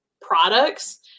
products